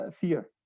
fear